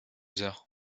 heures